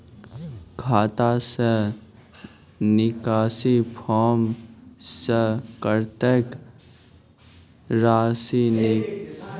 खाता से निकासी फॉर्म से कत्तेक रासि निकाल सकै छिये?